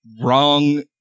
wrong